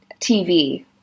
TV